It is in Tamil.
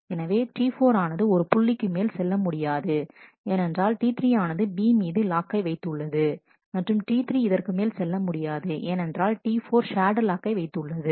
எனவே T4 ஆனது ஒரு புள்ளிக்கு மேல் செல்ல முடியாது ஏனென்றால் T3 ஆனது B மீது லாக்கை வைத்து உள்ளது மற்றும்T3 இதற்கு மேல் செல்ல முடியாது ஏனென்றால் T4 ஷேர்டு லாக்கை வைத்து உள்ளது